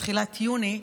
בתחילת יוני,